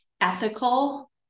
ethical